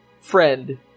friend